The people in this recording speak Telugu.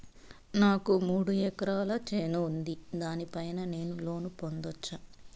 నాకు మూడు ఎకరాలు చేను ఉంది, దాని పైన నేను లోను పొందొచ్చా?